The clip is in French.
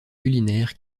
culinaires